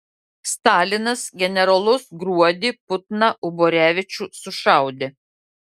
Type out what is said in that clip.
stalinas generolus gruodį putną uborevičių sušaudė